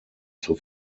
zur